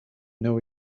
know